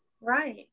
Right